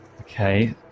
Okay